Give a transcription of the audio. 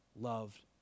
loved